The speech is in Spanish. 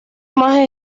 más